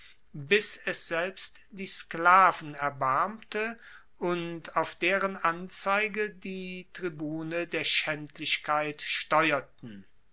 bis es selbst die sklaven erbarmte und auf deren anzeige die tribune der schaendlichkeit steuerten